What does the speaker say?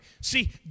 See